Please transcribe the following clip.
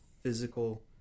physical